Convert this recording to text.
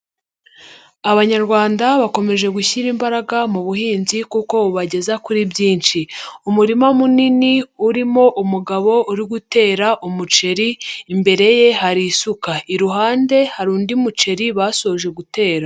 Abanyarwanda bakomeje gushyira imbaraga mu buhinzi kuko bubageza kuri byinshi. Umurima munini urimo umugabo uri gutera umuceri, imbere ye hari isuka iruhande hari undi muceri basoje gutera.